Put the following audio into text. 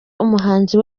umuhanzi